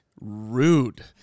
rude